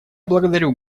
благодарю